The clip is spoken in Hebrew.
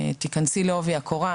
תכנסי לעובי הקורה,